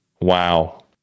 Wow